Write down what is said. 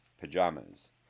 pajamas